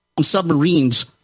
submarines